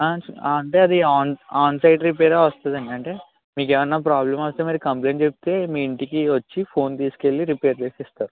అంటే అది on onsite repair వస్తుంది అండి అంటే మీకు ఏమన్న ప్రాబ్లమ్ వస్తే కంప్లైంట్ చెప్తే మీ ఇంటికి వచ్చి ఫోన్ తీసుకు వెళ్ళి రిపేర్ చేసి ఇస్తారు